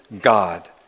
God